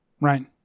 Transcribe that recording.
Right